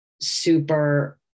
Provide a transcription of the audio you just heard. super